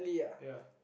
ya